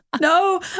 No